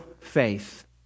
faith